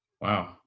Wow